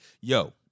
yo